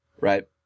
right